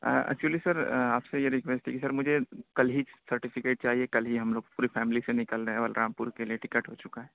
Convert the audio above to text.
actually sir آپ سے یہ ریکویسٹ تھی کہ سر مجھے کل ہی سرٹیفیکیٹ چاہیے کل ہی ہم لوگ پوری فیملی سے نکل رہے ہیں اور بلرام پور كے لیے ٹكٹ ہو چُكا ہے